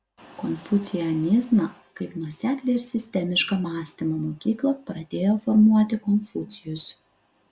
konfucianizmą kaip nuoseklią ir sistemišką mąstymo mokyklą pradėjo formuoti konfucijus